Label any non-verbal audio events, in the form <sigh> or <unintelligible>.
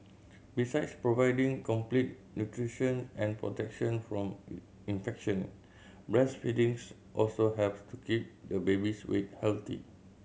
besides providing complete nutrition and protection from <unintelligible> infection breastfeedings also helps to keep the baby's weight healthy